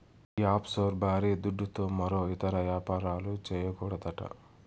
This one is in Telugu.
ఈ ఆఫ్షోర్ బారీ దుడ్డుతో మరో ఇతర యాపారాలు, చేయకూడదట